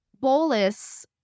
bolus